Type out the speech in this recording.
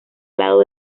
lado